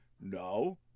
No